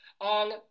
On